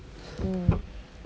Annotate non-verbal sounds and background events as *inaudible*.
*breath* mm